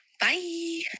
bye